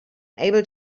able